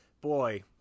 Boy